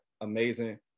amazing